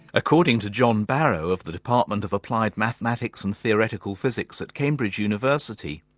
according to john barrow of the department of applied mathematics and theoretical physics at cambridge university,